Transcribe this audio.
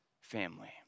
family